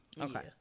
Okay